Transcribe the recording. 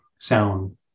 sound